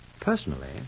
Personally